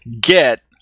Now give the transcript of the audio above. get